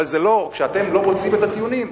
אבל כשאתם לא מוצאים את הטיעונים,